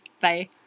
Bye